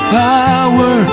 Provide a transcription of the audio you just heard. power